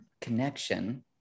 connection